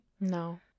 no